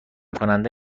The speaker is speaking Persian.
کننده